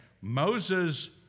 Moses